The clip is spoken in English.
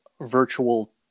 virtual